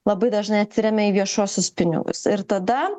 labai dažnai atsiremia į viešuosius pinigus ir tada